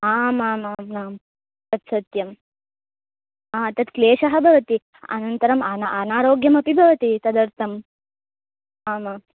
आमामामां तत्सत्यं तत्क्लेशः भवति अनन्तरम् अना अनारोग्यमपि भवति तदर्थम् आमाम्